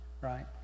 right